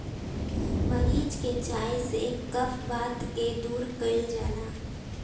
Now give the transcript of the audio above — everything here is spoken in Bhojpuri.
मरीच के चाय से कफ वात के दूर कइल जाला